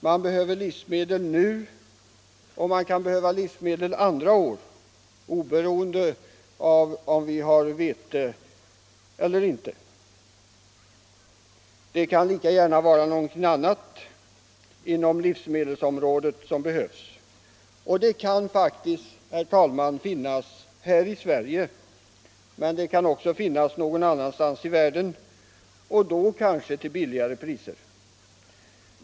Man behöver livsmedel nu och man kan behöva livsmedel andra år, oberoende av om vi har vete. Det kan lika gärna vara någonting annat inom livsmedelsområdet som behövs, och det kan, herr talman, finnas här i Sverige men också någon annanstans i världen, och då kanske till lägre priser.